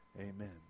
Amen